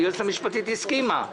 היועצת המשפטית הסכימה,